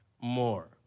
more